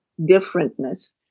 differentness